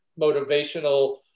motivational